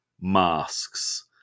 Masks